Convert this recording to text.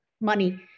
money